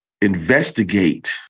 investigate